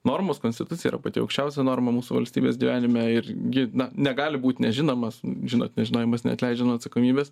normos konstitucija yra pati aukščiausia norma mūsų valstybės gyvenime ir gi na negali būt nežinomas žinot nežinojimas neatleidžia nuo atsakomybės